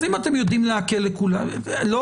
אז אם אתם יודעים להקל לכולם לא